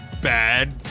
Bad